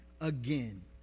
again